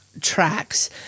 tracks